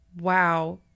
Wow